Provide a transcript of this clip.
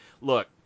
look